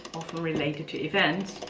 often related to events,